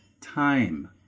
time